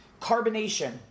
carbonation